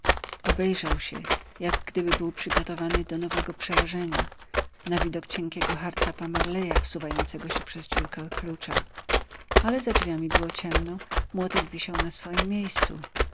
obejrzał się jak gdyby był przygotowany do nowego przerażenia na widok cienkiego harcapa marleya wsuwającego się przez dziurkę od klucza ale za drzwiami było ciemno młotek wisiał na swojem miejscu